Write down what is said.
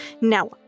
Now